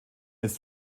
ist